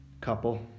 couple